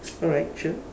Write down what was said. alright sure